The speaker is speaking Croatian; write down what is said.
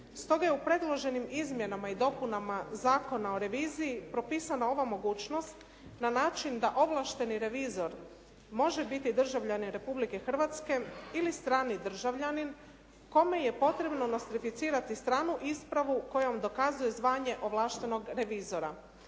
Stoga je u predloženim izmjenama i dopunama Zakona o reviziji propisana ova mogućnost na način da ovlašteni revizor može biti državljanin Republike Hrvatske ili strani državljanin kome je potrebno nostrificirati stanu ispravu kojom dokazuje zvanje ovlaštenog revizora.